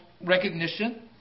recognition